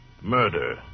Murder